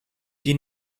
die